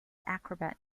acrobat